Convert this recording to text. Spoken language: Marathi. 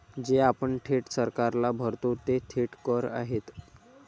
जे आपण थेट सरकारला भरतो ते थेट कर आहेत